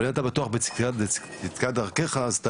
אבל אם אתה בטוח בצדקת דרכך אז אתה